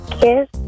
kiss